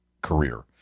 career